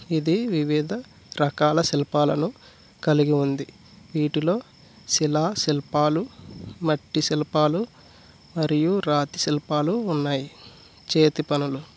ఇది వివిధ రకాల శిల్పాలను కలిగి ఉంది వీటిలో శిలా శిల్పాలు మట్టి శిల్పాలు మరియు రాతి శిల్పాలు ఉన్నాయి చేతి పనులు